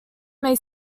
may